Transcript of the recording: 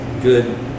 good